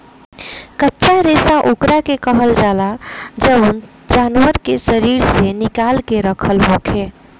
कच्चा रेशा ओकरा के कहल जाला जवन जानवर के शरीर से निकाल के रखल होखे